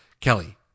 Kelly